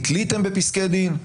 נתליתם בפסקי דין,